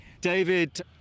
David